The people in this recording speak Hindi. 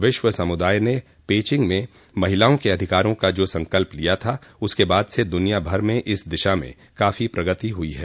विश्व समुदाय ने पेइचिंग में महिलाओ के अधिकारों का जो संकल्प लिया था उसके बाद से दुनिया भर में इस दिशा में काफो प्रगति हुई है